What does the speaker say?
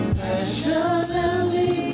passionately